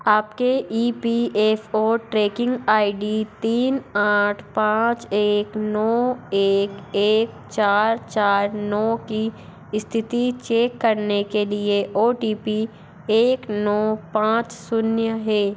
आपके E P F O tracking I D तीन आठ पाँच एक नौ एक एक चार चार नौ की स्थिति चेक करने के लिए ओ टी पी एक नौ पाँच शून्य है